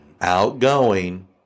Outgoing